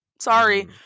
Sorry